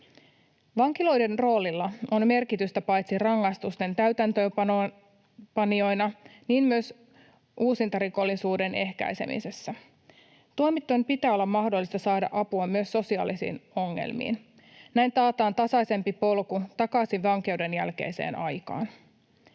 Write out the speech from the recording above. Vankiloiden roolilla on merkitystä paitsi rangaistusten täytäntöönpanijoina myös uusintarikollisuuden ehkäisemisessä. Tuomituilla pitää olla mahdollisuus saada apua myös sosiaalisiin ongelmiin, näin taataan tasaisempi polku takaisin vankeuden jälkeiseen aikaan.